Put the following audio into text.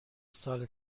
سال